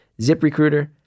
ZipRecruiter